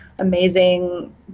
amazing